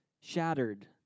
Shattered